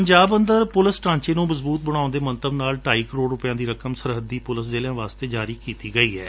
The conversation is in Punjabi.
ਪੰਜਾਬ ਅੰਦਰ ਪੁਲਿਸ ਢਾਂਚੇ ਨੂੰ ਮਜ਼ਬੁਤ ਬਣਾਉਣ ਦੇ ਮੰਤਵ ਨਾਲ ਢਾਈ ਕੋਰੜ ਰੁਧੈਆਂ ਦੀ ਰਕਮ ਸਰਹੱਦੀ ਪੁਲਿਸ ਜ਼ਿਲ਼ਿਆਂ ਲਈ ਜਾਰੀ ਕੀਡੀ ਗਈ ਏ